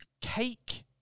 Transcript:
cake